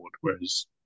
whereas